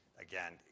again